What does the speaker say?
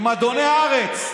עם אדוני הארץ.